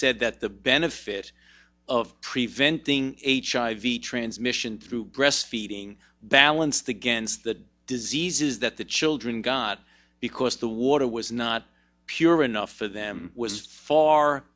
said that the benefit of preventing transmission through breast feeding balanced against the diseases that the children got because the water was not pure enough for them was far